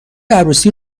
عروسی